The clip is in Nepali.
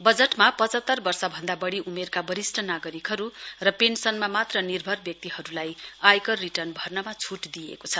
बजटमा पचहतर वर्षभन्दा बढी उमेरका वरिष्ट नागरिकहरू र पेन्सनका मात्र निर्भर व्यक्तिहरूलाई आयकर रिटर्न भर्नमा छ्ट दिइएको छ